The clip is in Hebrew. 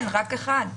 רק אחד.